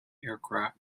aircraft